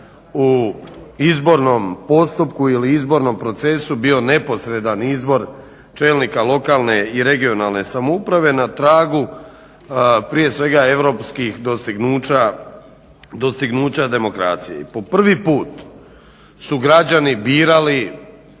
u izbornom postupku ili izbornom procesu bio neposredan izbor čelnika lokalne i regionalne samouprave na tragu prije svega europskih dostignuća demokracije. I po prvi put su građani birali